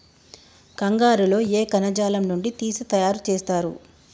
కంగారు లో ఏ కణజాలం నుండి తీసి తయారు చేస్తారు?